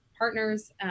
partners